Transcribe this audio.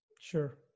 Sure